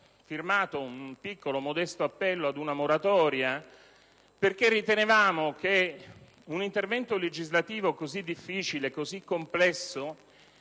firmato un piccolo, modesto appello ad una moratoria, perché ritenevamo che un intervento legislativo così difficile e complesso